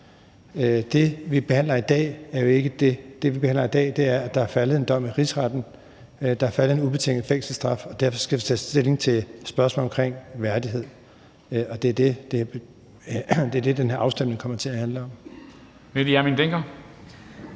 Det, vi behandler i dag, er jo ikke det. Det, vi behandler i dag, er, at der er faldet en dom i Rigsretten. Der er faldet en dom om ubetinget fængselsstraf, og derfor skal vi tage stilling til spørgsmålet om værdighed, og det er det, den her afstemning kommer til at handle om.